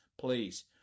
Please